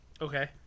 okay